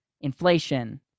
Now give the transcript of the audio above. inflation